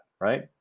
right